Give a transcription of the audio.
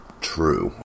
true